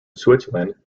switzerland